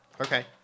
Okay